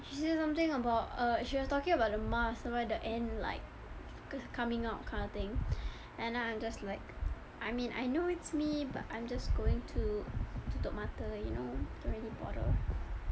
she say something about uh she was talking about the mask and why the end like coming out kinda thing and I'm just like I mean I know it's me but I'm just going to tutup mata you know don't really bother